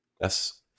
Yes